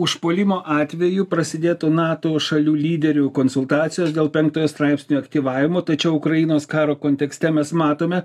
užpuolimo atveju prasidėtų nato šalių lyderių konsultacijos dėl penktojo straipsnio aktyvavimo tačiau ukrainos karo kontekste mes matome